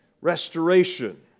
restoration